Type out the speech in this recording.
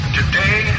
today